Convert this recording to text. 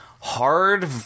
hard